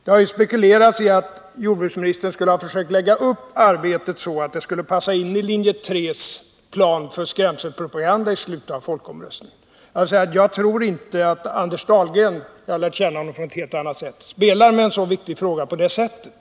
Det har spekulerats i att jordbruksministern skulle ha försökt lägga upp Nr 99 arbetet så att det skulle passa in i linje 3:s skrämselpropaganda före folkomröstningen. Jag tror inte att Anders Dahlgren, som jag har lärt känna från en helt annan sida, spelar med en så viktig fråga på det sättet.